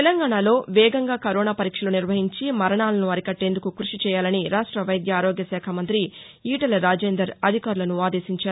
తెలంగాణాలో వేగంగా కరోనా పరీక్షలు నిర్వహించి మరణాలను అరికట్టెందుకు క్బషి చేయాలని రాష్ట్ష వైద్య ఆరోగ్య శాఖ మంతి ఈటెల రాజేందర్ అధికారులకును ఆదేశించారు